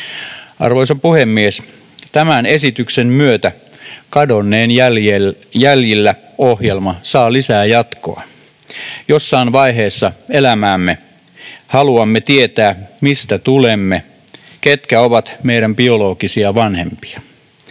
Arvoisa puhemies! Tämän esityksen myötä Kadonneen jäljillä ‑ohjelma saa lisää jatkoa. Jossain vaiheessa elämäämme haluamme tietää, mistä tulemme, ketkä ovat meidän biologisia vanhempiamme.